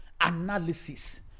Analysis